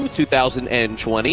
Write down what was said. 2020